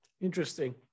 Interesting